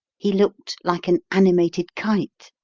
he looked like an animated kite.